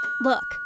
Look